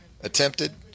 attempted